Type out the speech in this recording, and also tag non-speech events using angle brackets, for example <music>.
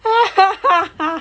<laughs>